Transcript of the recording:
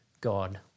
God